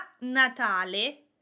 Natale